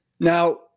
Now